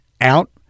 out